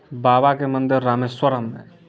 बाबाके मन्दिर रामेश्वरम अइ